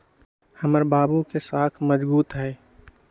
हमर बाबू के साख मजगुत हइ